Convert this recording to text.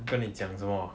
跟你讲什么